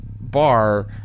bar